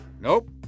Nope